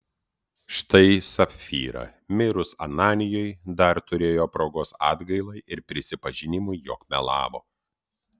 štai sapfyra mirus ananijui dar turėjo progos atgailai ir prisipažinimui jog melavo